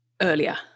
earlier